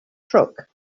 crook